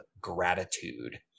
gratitude